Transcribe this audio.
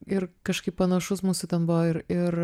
ir kažkaip panašus mūsų ten buvo ir ir